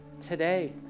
today